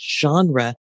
genre